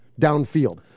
downfield